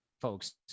folks